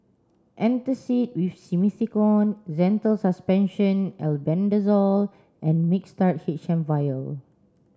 antacid with Simethicone Zental Suspension Albendazole and Mixtard H M vial